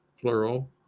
plural